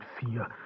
fear